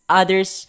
others